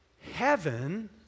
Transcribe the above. Heaven